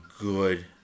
good